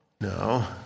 no